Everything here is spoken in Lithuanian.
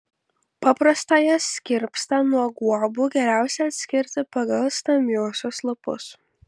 paprastąjį skirpstą nuo guobų geriausia atskirti pagal stambiuosius lapus